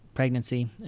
pregnancy